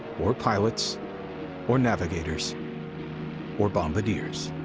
or pilots or navigators or bombardiers.